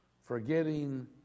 forgetting